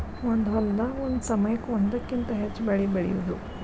ಒಂದ ಹೊಲದಾಗ ಒಂದ ಸಮಯಕ್ಕ ಒಂದಕ್ಕಿಂತ ಹೆಚ್ಚ ಬೆಳಿ ಬೆಳಿಯುದು